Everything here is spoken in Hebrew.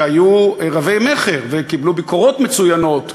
שהיו רבי-מכר וקיבלו ביקורות מצוינות.